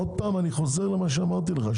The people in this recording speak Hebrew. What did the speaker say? עוד פעם אני חוזר למה שאמרתי לך.